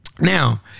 Now